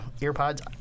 earpods